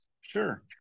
Sure